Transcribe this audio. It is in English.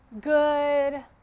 Good